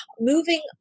moving